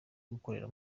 gukorera